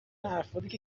افرادی